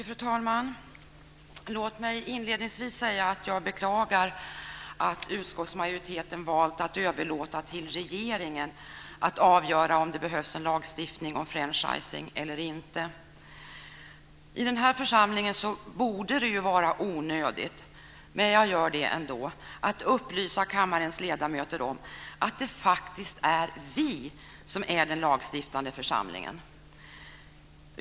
Fru talman! Låt mig inledningsvis säga att jag beklagar att utskottsmajoriteten valt att överlåta till regeringen att avgöra om det behövs en lagstiftning om franchising eller inte. I den här församlingen borde det vara onödigt - men jag gör det ändå - att upplysa om att det faktiskt är vi som är den lagstiftande församlingen.